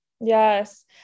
Yes